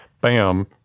bam